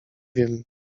wiem